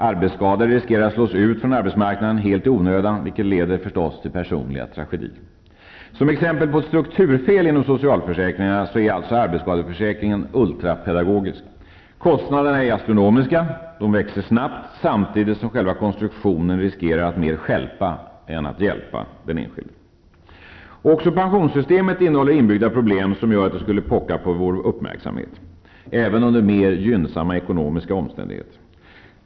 Arbetsskadade riskerar att helt i onödan slås ut från arbetsmarknaden, vilket leder till personliga tragedier. Som exempel på ett strukturfel inom socialförsäkringarna är alltså arbetsskadeförsäkringen ultrapedagogisk -- kostnaderna är astronomiska och växer snabbt, samtidigt som själva konstruktionen riskerar att mer stjälpa än att hjälpa den enskilde. Också pensionssystemet innehåller inbyggda problem som gör att det skulle pocka på vår uppmärksamhet även under mer gynnsamma ekonomiska omständigheter.